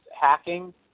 hacking